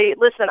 listen